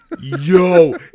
Yo